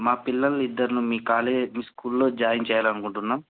మా పిల్లలు ఇద్దర్ని మీ కాలేజ్ మీ స్కూల్లో జాయిన్ చేయాలనుకుంటున్నాం